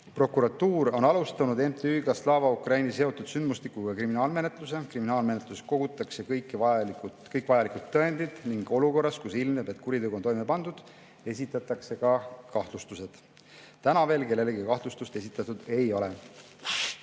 Prokuratuur on alustanud MTÜ‑ga Slava Ukraini seotud sündmustikuga [seoses] kriminaalmenetluse. Kriminaalmenetluses kogutakse kõik vajalikud tõendid ning olukorras, kus ilmneb, et kuritegu on toime pandud, esitatakse ka kahtlustused. Täna veel kellelegi kahtlustust esitatud ei ole.